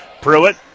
Pruitt